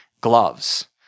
gloves